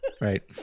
right